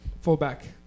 fullback